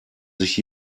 sich